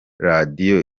radiyo